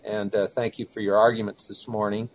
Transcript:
and thank you for your arguments this morning